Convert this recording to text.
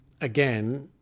again